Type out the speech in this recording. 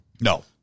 No